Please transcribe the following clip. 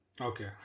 Okay